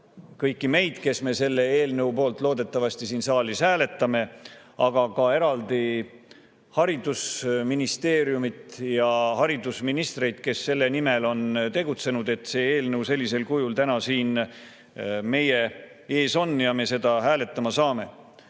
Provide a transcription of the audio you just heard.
kõiki meid, kes me selle eelnõu poolt loodetavasti siin saalis hääletame, samuti eraldi haridusministeeriumit ja haridusministreid, kes on selle nimel tegutsenud, et see eelnõu sellisel kujul täna siin meie ees on ja me seda hääletada saame. Eelnõu